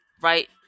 right